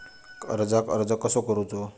कर्जाक अर्ज कसो करूचो?